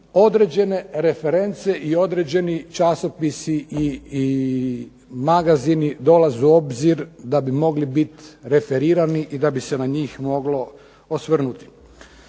određene reference i određeni časopisi i magazini dolaze u obzir da bi mogli biti referirani i da bi se na njih moglo osvrnuti.